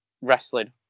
wrestling